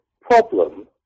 problem